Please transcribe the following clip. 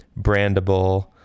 brandable